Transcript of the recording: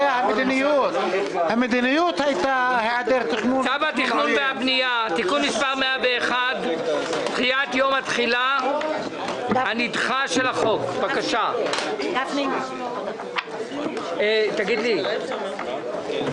הישיבה ננעלה בשעה 13:21.